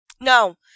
No